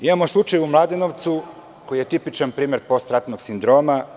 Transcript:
Imamo slučaj u Mladenovcu koji je tipičan primer postratnog sindroma.